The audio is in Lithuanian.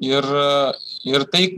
ir ir tai